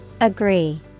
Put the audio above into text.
Agree